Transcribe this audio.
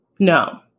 No